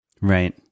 Right